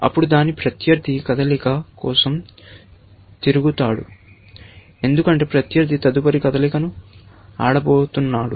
అప్పుడు దాని ప్రత్యర్థి కదలిక కోసం తిరుగుతాడు ఎందుకంటే ప్రత్యర్థి తదుపరి కదలికను ఆడబోతున్నాడు